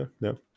no